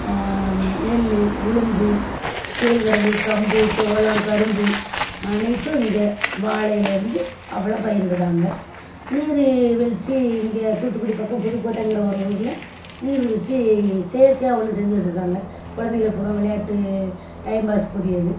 நெல்லு உளுந்து கேழ்வரகு கம்பு சோளம் கரும்பு அனைத்தும் இங்கே வாழைலேருந்து அவ்வளோம் பயிரிடுறாங்க நீர்வீழ்ச்சி இங்கே தூத்துக்குடி பக்கம் புதுக்கோட்டங்கிற ஒரு ஊரில் நீர்வீழ்ச்சி செயற்கையாக ஒன்னு செஞ்சி வச்சிருக்காங்க குழந்தைங்கள் பூராவும் விளாயாட்டு டைம் பாஸ்க்கு உரியது